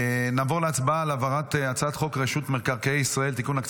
הכנסת להעביר את הצעת חוק רשות מקרקעי ישראל (תיקון,